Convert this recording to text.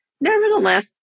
Nevertheless